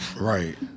Right